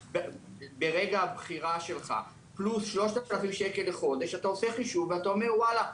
ברגע הבחירה שלך פלוס 3,000 שקל לחודש אתה עושה חישוב ואומר וואלה,